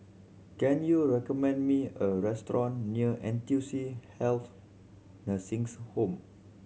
can you recommend me a restaurant near N T U C Health Nursing Home